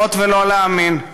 ואכן, לראות ולא להאמין.